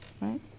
Right